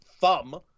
thumb